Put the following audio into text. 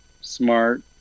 smart